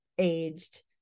aged